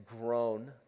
grown